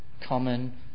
common